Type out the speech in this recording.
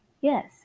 Yes